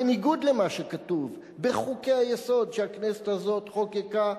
בניגוד למה שכתוב בחוקי-היסוד שהכנסת הזאת חוקקה,